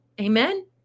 Amen